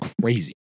crazy